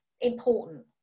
important